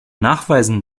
nachweisen